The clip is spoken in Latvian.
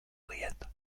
lieta